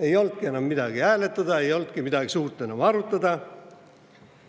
Ei olnudki enam midagi hääletada, ei olnudki enam suurt midagi arutada.